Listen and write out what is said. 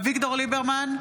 נגד אביגדור ליברמן,